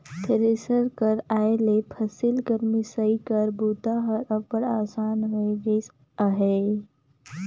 thresher कर आए ले फसिल कर मिसई कर बूता हर अब्बड़ असान होए गइस अहे